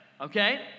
Okay